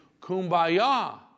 Kumbaya